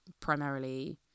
primarily